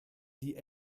die